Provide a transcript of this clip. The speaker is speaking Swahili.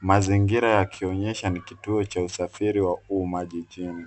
Mazingira yakionyesha ni kituo cha usafiri wa umma jijini.